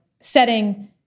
setting